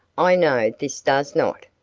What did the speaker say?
i know this does not,